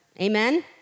Amen